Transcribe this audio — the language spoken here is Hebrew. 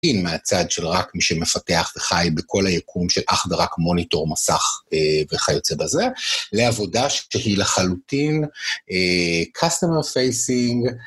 מהצד של רק מי שמפתח וחי בכל היקום של אך ורק מוניטור מסך וכיוצא בזה, לעבודה שהיא לחלוטין קאסטומר פייסינג.